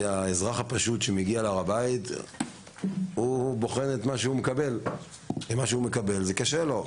האזרח הפשוט שמגיע להר הבית בוחן את מה שהוא מקבל וזה קשה לו.